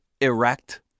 erect